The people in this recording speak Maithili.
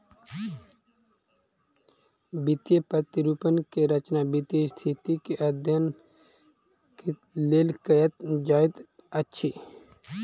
वित्तीय प्रतिरूपण के रचना वित्तीय स्थिति के अध्ययन के लेल कयल जाइत अछि